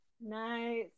nice